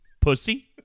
pussy